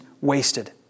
wasted